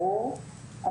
ברור,